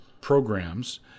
programs